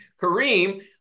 Kareem